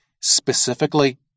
specifically